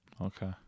Okay